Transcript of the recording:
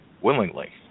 willingly